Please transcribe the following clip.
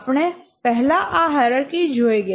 આપણે પહેલા આ હાયરાર્કી જોઈ ગયા